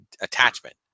attachment